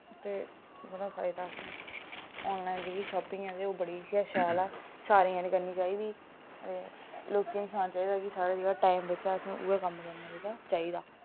ते बड़ा फायदा असें आनलाइन जेह्की शापिंग ऐ ते ओह् बड़ी गै शैल ऐ सारें जनें करनी चाहिदी ते लोकें सनाने चाहिदा कि साढ़ा जेह्का टाइम बचा असें उ'ऐ कम्म करना जेह्का चाहिदा